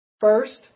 First